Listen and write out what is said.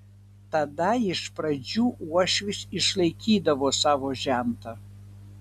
tada iš pradžių uošvis išlaikydavo savo žentą